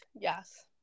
Yes